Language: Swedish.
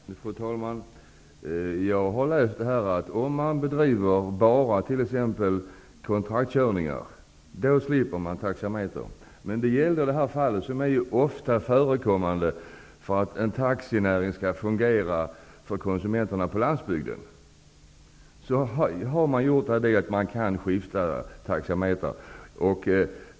Fru talman! Jag har läst att man slipper att ha taxameter om man t.ex. bara har kontraktskörningar. Men i det här fallet har man flyttat taxametern, som ju ofta krävs för att en taxinäring skall fungera för konsumenterna på landsbygden.